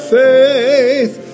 faith